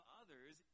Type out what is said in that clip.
others